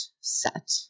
Set